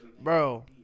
Bro